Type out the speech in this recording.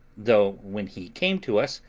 though, when he came to us,